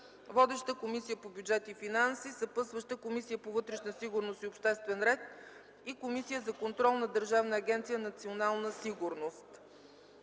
Водеща е Комисията по бюджет и финанси. Съпътстващи са Комисията по вътрешната сигурност и обществен ред и Комисията за контрол на Държавна агенция „Национална сигурност”.